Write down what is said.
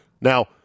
Now